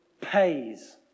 pays